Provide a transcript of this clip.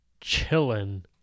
chilling